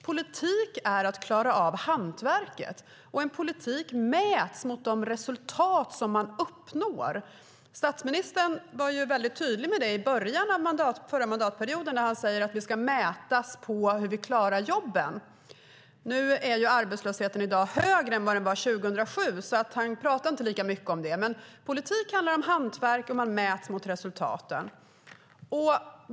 Politik är att klara av hantverket, och en politik mäts mot de resultat man uppnår. Statsministern var i början av den förra mandatperioden väldigt tydlig med det. Han sade: Vi ska mätas på hur vi klarar jobben. Nu är ju arbetslösheten i dag högre än den var 2007, så han pratar inte lika mycket om det. Politik handlar dock om hantverk, och man mäts mot resultaten.